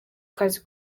kazi